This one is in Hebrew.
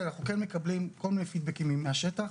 כן, אנחנו כן מקבלים כל פידבקים מהשטח.